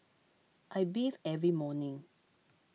I bathe every morning